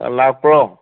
ꯂꯥꯛꯄ꯭ꯔꯣ